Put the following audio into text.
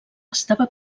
estava